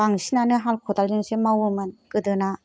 बांसिनानो हाल खदालजोंसो मावोमोन गोदोना